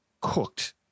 cooked